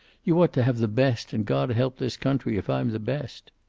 you ought to have the best, and god help this country if i'm the best.